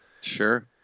Sure